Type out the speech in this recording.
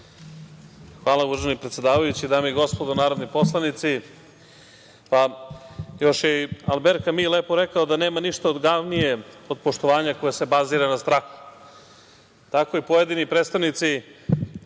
Hvala, uvaženi predsedavajući. Dame i gospodo narodni poslanici, još je i Albert Kami lepo rekao da nema ništa ogavnije od poštovanja koje se bazira na strahu. Tako i pojedini predstavnici